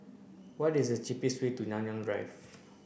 what is the cheapest way to Nanyang Drive